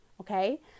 Okay